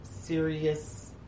serious